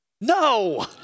No